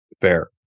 fair